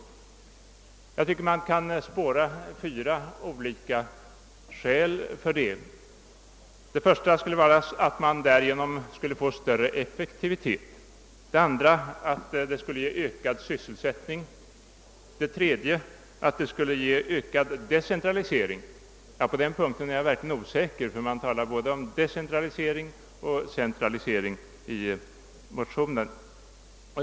Enligt min mening kan man spåra fyra olika skäl för detta. Det första skulle vara att det skulle ge större effektivitet, det andra att det skulle ge ökad sysselsättning och det tredje att det skulle ge ökad decentralisering; på den punkten är jag verkligen osäker, ty det talas både om decentralisering och om centralisering i motionerna.